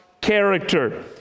character